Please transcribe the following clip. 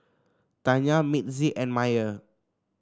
Tanya Mitzi and Myer